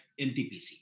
NTPC